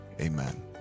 Amen